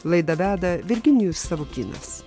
laidą veda virginijus savukynas